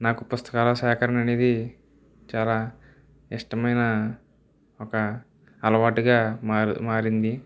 నాకు పుస్తకాల సేకరణ అనేది చాలా ఇష్టమైన ఒక అలవాటుగా మార్ మారింది